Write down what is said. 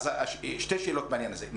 שתי שאלות בעניין הזה.